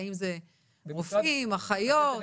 האם זה רופאים, אחיות?